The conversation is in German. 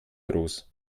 groß